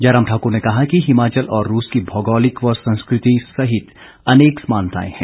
जयराम ठाक्र ने कहा कि हिमाचल और रूस की भौगोलिक व संस्कृति सहित अनेक समानताएं हैं